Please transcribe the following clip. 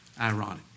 ironic